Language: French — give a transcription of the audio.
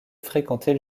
fréquenter